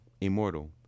immortal